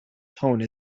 tone